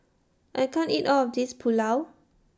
I can't eat All of This Pulao